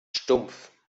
stumpf